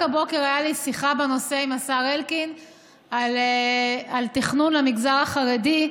רק הבוקר הייתה לי שיחה בנושא עם השר אלקין על תכנון למגזר החרדי.